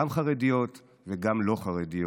גם חרדיות וגם לא חרדיות,